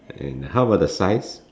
and how about the size